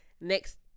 Next